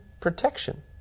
protection